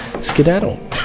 skedaddle